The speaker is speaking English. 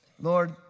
Lord